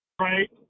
right